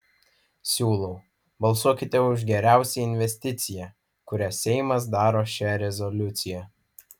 siūlau balsuokite už geriausią investiciją kurią seimas daro šia rezoliucija